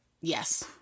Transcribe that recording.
Yes